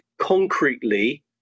concretely